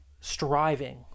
striving